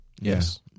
Yes